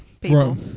people